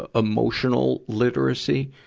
ah emotional literacy?